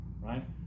right